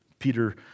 Peter